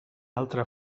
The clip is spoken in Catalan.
altra